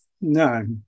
No